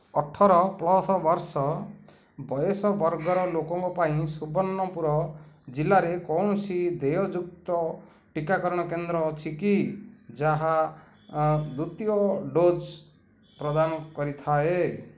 ଅଠର ପ୍ଲସ୍ ବର୍ଷ ବୟସ ବର୍ଗର ଲୋକଙ୍କ ପାଇଁ ସୁବର୍ଣ୍ଣପୁର ଜିଲ୍ଲାରେ କୌଣସି ଦେୟଯୁକ୍ତ ଟିକାକରଣ କେନ୍ଦ୍ର ଅଛି କି ଯାହା ଦ୍ୱିତୀୟ ଡୋଜ୍ ପ୍ରଦାନ କରିଥାଏ